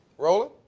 roland,